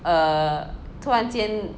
err 突然间